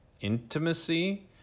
intimacy